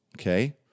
okay